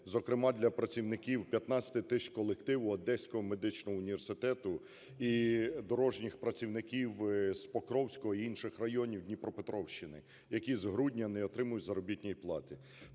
зокрема для працівників 15 тисяч колективу Одеського медичного університету і дорожніх працівників з Покровського і інших районів Дніпропетровщини, які з грудня не отримують заробітної плати.